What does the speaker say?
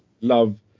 love